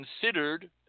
considered